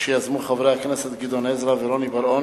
שיזמו חברי הכנסת גדעון עזרא ורוני בר-און,